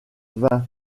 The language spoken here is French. vingt